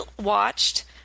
watched